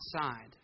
outside